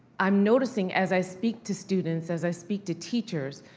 i'm noticing as i speak to students, as i speak to teachers,